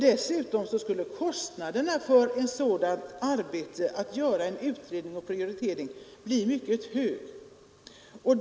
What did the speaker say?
Dessutom skulle kostnaden för att göra en sådan utredning bli mycket hög.